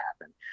happen